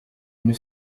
une